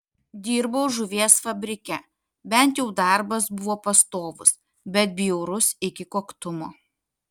dirbau žuvies fabrike bent jau darbas buvo pastovus bet bjaurus iki koktumo